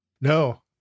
No